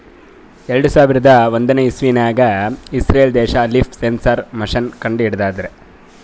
ಎರಡು ಸಾವಿರದ್ ಒಂದನೇ ಇಸವ್ಯಾಗ್ ಇಸ್ರೇಲ್ ದೇಶ್ ಲೀಫ್ ಸೆನ್ಸರ್ ಮಷೀನ್ ಕಂಡು ಹಿಡದ್ರ